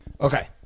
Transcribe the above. Okay